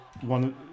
One